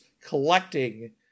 collecting